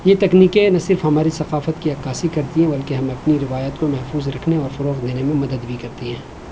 یہ تکنیکیں نہ صرف ہماری ثقافت کی عکاسی کرتی ہیں بلکہ ہمیں اپنی روایت کو محفوظ رکھنے اور فروغ دینے میں مدد بھی کرتی ہیں